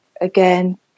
again